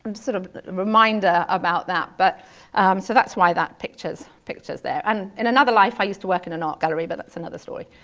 um sort of a reminder about that, but so that's why that picture's picture's there. and in another life i used to work in an art gallery but that's another another story.